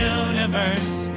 universe